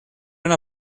una